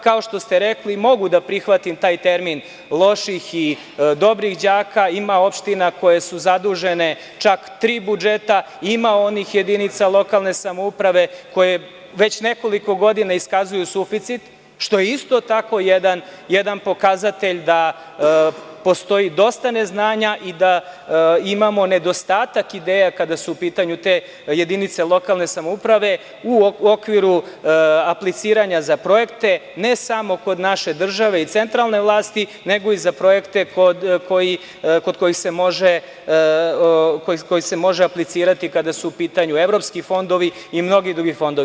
Kao što ste rekli, mogu da prihvatim taj termin loših i dobrih đaka, ima opština koje su zadužene čak tri budžeta, ima onih jedinica lokalne samouprave koje već nekoliko godina iskazuju suficit, što je isto tako jedan pokazatelj da postoji dosta neznanja i da imamo nedostatak ideja, kada su u pitanju te jedinice lokalne samouprave, u okviru apliciranja za projekte, ne samo kod naše države i centralne vlasti, nego i za projekte kod kojih se može aplicirati kada su u pitanju evropski fondovi i mnogi drugi fondovi.